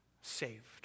saved